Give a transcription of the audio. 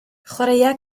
chwaraea